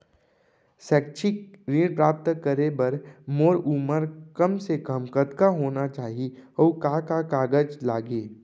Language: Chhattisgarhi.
शैक्षिक ऋण प्राप्त करे बर मोर उमर कम से कम कतका होना चाहि, अऊ का का कागज लागही?